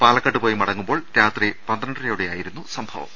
പാലക്കാട്ട് പോയി മടങ്ങു മ്പോൾ രാത്രി പന്ത്രണ്ടരയോടെയായിരുന്നു സംഭവം